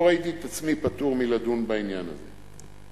לא ראיתי את עצמי פטור מלדון בעניין הזה.